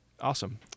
awesome